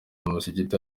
musigiti